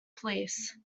police